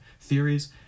theories